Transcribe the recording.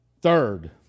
Third